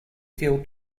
feel